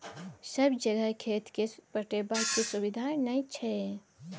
सब जगह खेत केँ पटेबाक सुबिधा नहि छै